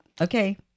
okay